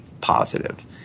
positive